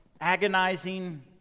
agonizing